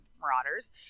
Marauders